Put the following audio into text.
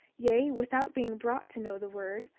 yea, without being brought to know the word,